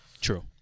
True